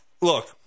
look